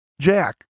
Jack